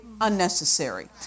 unnecessary